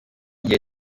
gihe